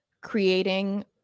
creating